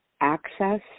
access